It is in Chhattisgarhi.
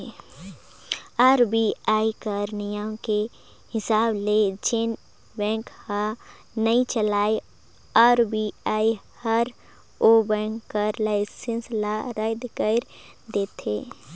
आर.बी.आई कर नियम के हिसाब ले जेन बेंक हर नइ चलय आर.बी.आई हर ओ बेंक कर लाइसेंस ल रद कइर देथे